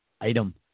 item